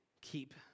keep